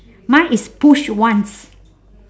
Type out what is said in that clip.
mine is push once